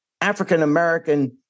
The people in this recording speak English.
African-American